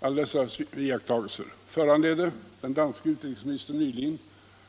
Alla dessa iakttagelser föranledde nyligen den danske utrikesministern